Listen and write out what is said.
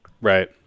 Right